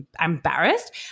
embarrassed